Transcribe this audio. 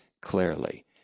clearly